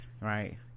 right